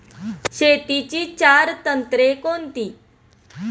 शेतीची चार तंत्रे कोणती?